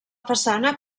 façana